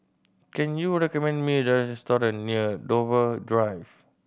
can you recommend me a restaurant near Dover Drive